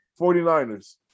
49ers